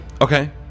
Okay